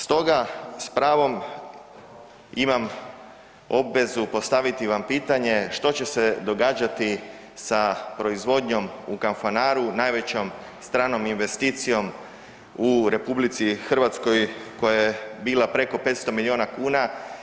Stoga s pravom imam obvezu postaviti vam pitanje, što će se događati sa proizvodnjom u Kanfanaru najvećom stranom investicijom u RH koja je bila preko 500 milijuna kuna?